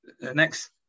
Next